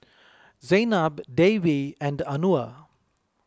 Zaynab Dewi and Anuar